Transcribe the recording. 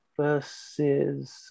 Versus